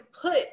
put